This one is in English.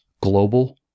global